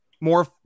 more